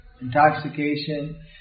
intoxication